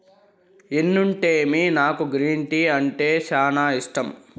ఎన్నుంటేమి నాకు green tea అంటే సానా ఇష్టం